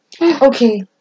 okay